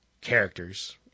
characters